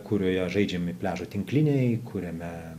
kurioje žaidžiami pliažo tinkliniai kuriame